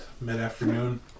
mid-afternoon